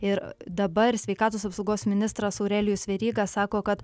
ir dabar sveikatos apsaugos ministras aurelijus veryga sako kad